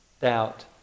doubt